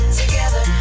together